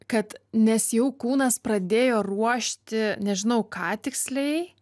kad nes jau kūnas pradėjo ruošti nežinau ką tiksliai